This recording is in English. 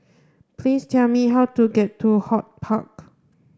please tell me how to get to HortPark